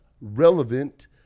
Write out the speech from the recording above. relevant